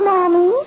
Mommy